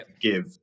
give